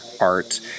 art